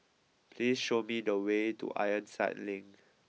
please show me the way to Ironside Link